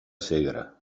segre